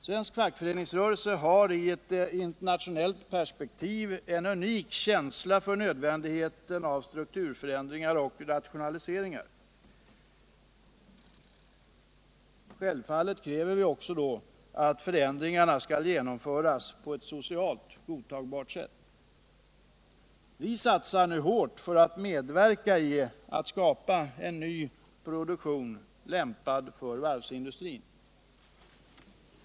Svensk fackföreningsrörelse har i internationellt perspektiv en unik känsla för nödvändigheten av strukturförändringar och rationaliseringar. Självfallet kräver vi inom facket också att förändringarna skall genomföras på ett socialt godtagbart sätt. Vi satsar nu hårt på att medverka till att skapa en ny produktion, lämpad för varvsindustrin.